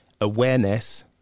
awareness